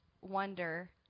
wonder